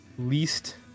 Least